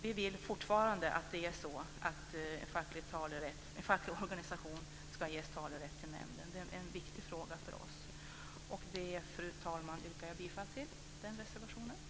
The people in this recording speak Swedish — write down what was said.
Vi vill fortfarande att en facklig organisation ska ges talerätt till nämnden. Det är en viktig fråga för oss. Och jag yrkar, fru talman, bifall till denna reservation.